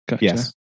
Yes